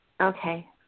Okay